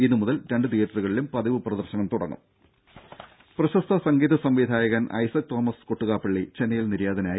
ഇന്നു മുതൽ രണ്ടു തീയേറ്ററുകളിലും പതിവ് പ്രദർശനം തുടങ്ങും ദേദ പ്രശസ്ത സംഗീത സംവിധായകൻ ഐസക് തോമസ് കൊട്ടുകാപ്പിള്ളി ചെന്നൈയിൽ നിര്യാതനായി